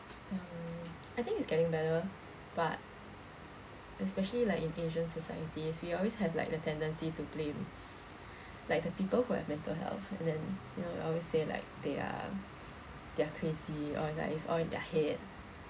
um I think it's getting better but especially like in asian societies we always have like the tendency to blame like the people who have mental health and then you know we always say like they are they're crazy or like it's all in their head